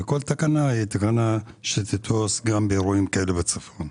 וכל תקנה תתפוס גם לאירועים כאלה בצפון.